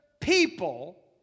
people